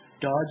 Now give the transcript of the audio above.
Dodge